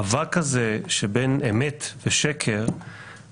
אני מתנגד למכחישי הקורונה ולמתנגדי החיסונים,